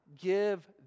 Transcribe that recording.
give